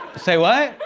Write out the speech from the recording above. say what?